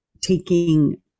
taking